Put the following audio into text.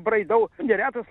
braidau neretas